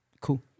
cool